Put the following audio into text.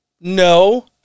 No